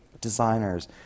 designers